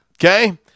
Okay